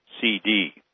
CD